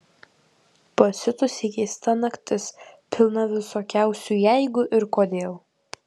pasiutusiai keista naktis pilna visokiausių jeigu ir kodėl